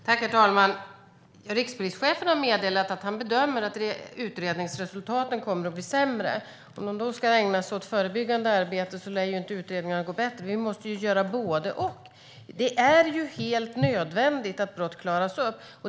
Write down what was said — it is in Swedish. Herr talman! Rikspolischefen har meddelat att han bedömer att utredningsresultaten kommer att bli sämre. Om man då ska ägna sig åt förebyggande arbete lär inte utredningarna gå bättre. Vi måste göra både och. Det är helt nödvändigt att brott klaras upp.